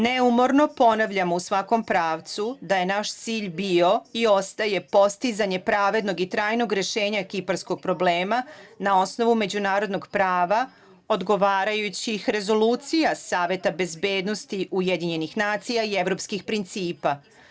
Neumorno ponavljam u svakom pravcu da je naš cilj bio i ostao postizanje pravednog i trajnog rešenja kiparskog problema na osnovu međunarodnog prava odgovarajućih rezolucija Saveta bezbednosti UN i evropskih principa.